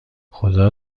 خدایا